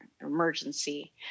emergency